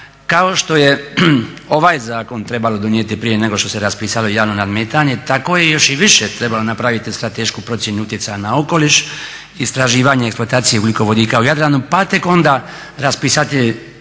Kao što je ovaj zakon trebalo donijeti prije nego što se raspisalo javno nadmetanje, tako je još i više trebalo napraviti stratešku procjenu utjecaja na okoliš, istraživanje i eksploatacije ugljikovodika u Jadranu, pa tek onda raspisati